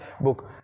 book